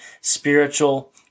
spiritual